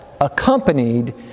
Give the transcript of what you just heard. accompanied